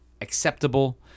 acceptable